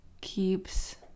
keeps